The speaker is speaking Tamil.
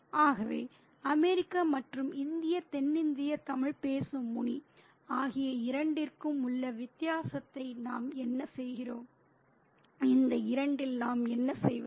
ஆகவே அமெரிக்க மற்றும் இந்திய தென்னிந்திய தமிழ் பேசும் முனி ஆகிய இரண்டிற்கும் உள்ள வித்தியாசத்தை நாம் என்ன செய்கிறோம் இந்த இரண்டில் நாம் என்ன செய்வது